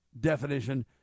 definition